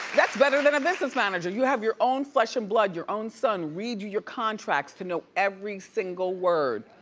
that's better than a business manager. you have your own flesh and blood, your own son read you your contracts to know every single word.